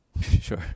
Sure